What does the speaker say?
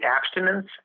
abstinence